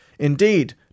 Indeed